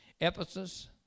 Ephesus